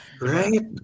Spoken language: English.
right